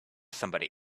somebody